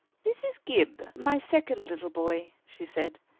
this is gib, my second little boy, she said.